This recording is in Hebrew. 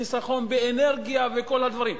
חיסכון באנרגיה וכל הדברים,